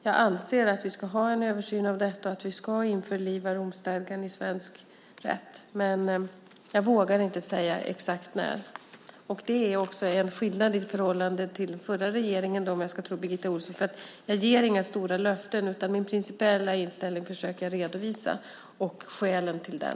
Jag anser att vi ska ha en översyn av detta och att vi ska införliva Romstadgan i svensk rätt, men jag vågar inte säga exakt när. Det är också en skillnad i förhållande till den förra regeringen, om jag ska tro Birgitta Ohlsson: Jag ger inga stora löften utan försöker redovisa min principiella inställning och skälen till den.